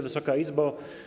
Wysoka Izbo!